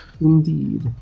Indeed